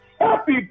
Happy